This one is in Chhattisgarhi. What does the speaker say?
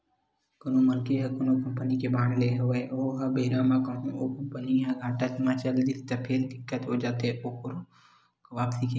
कोनो मनखे ह कोनो कंपनी के बांड लेय हवय ओ बेरा म कहूँ ओ कंपनी ह घाटा म चल दिस त फेर दिक्कत हो जाथे ओखी वापसी के